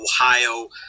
Ohio